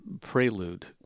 prelude